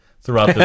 throughout